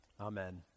Amen